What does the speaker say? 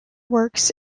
works